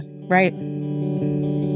Right